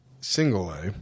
single-A